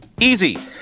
Easy